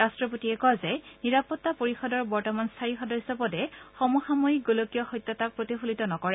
ৰাট্টপতিয়ে কয় যে নিৰাপত্তা পৰিষদৰ বৰ্তমান স্থায়ী সদস্য পদে সমসাময়িক গোলকীয় সত্যতাক প্ৰতিফলিত নকৰে